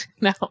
no